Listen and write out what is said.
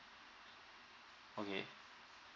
okay